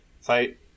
fight